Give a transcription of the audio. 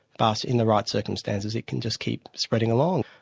but in the right circumstances it can just keep spreading along.